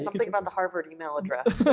something about the harvard email address,